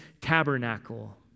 tabernacle